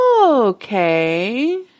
Okay